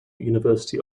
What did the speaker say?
university